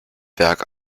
werk